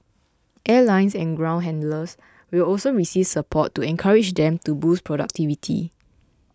airlines and ground handlers will also receive support to encourage them to boost productivity